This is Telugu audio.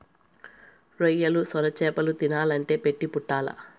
రొయ్యలు, సొరచేపలు తినాలంటే పెట్టి పుట్టాల్ల